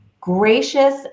gracious